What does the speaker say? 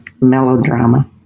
melodrama